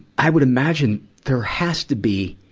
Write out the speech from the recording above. i would imagine, there has to be,